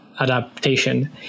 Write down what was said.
adaptation